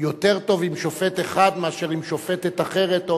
יותר טוב עם שופט אחד מאשר עם שופטת אחרת?